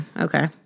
Okay